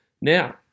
now